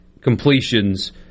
completions